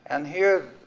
and here,